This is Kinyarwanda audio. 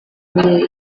imyeyo